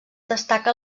destaca